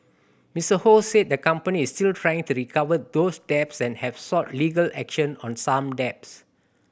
Mister Ho said the company still trying to recover those debts and have sought legal action on some debts